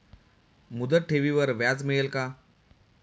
मुदत ठेवीवर व्याज मिळेल का?